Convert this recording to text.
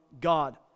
God